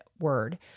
word